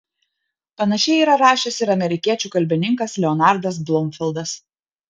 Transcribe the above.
panašiai yra rašęs ir amerikiečių kalbininkas leonardas blumfildas